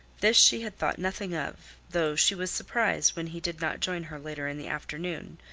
this she had thought nothing of, though she was surprised when he did not join her later in the afternoon,